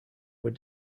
were